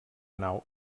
nau